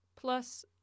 Plus